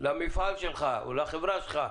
למפעל שלך או לחברה שלך,